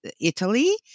Italy